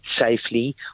safely